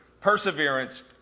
perseverance